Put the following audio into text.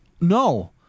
No